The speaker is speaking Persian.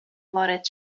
وارد